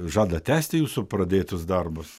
žada tęsti jūsų pradėtus darbus